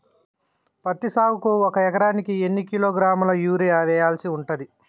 పత్తి సాగుకు ఒక ఎకరానికి ఎన్ని కిలోగ్రాముల యూరియా వెయ్యాల్సి ఉంటది?